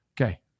Okay